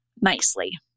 nicely